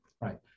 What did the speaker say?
right